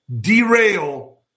derail